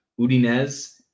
Udinese